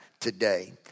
today